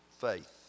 faith